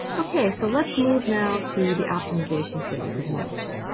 ok, so let's move now to the optimization phase of most.